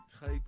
type